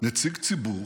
נציג ציבור